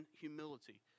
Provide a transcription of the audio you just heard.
humility